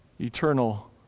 eternal